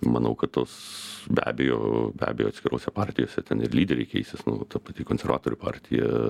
manau kad tas be abejo be abejo atskirose partijose ten ir lyderiai keisis ta pati konservatorių partija